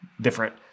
different